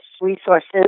resources